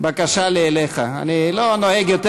בקשה לי אליך: אני לא נוהג,